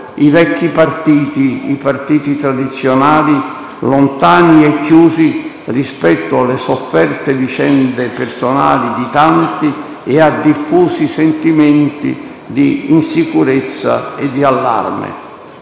i vecchi partiti, i partiti tradizionali, lontani e chiusi rispetto alle sofferte vicende personali di tanti e a diffusi sentimenti di insicurezza e di allarme.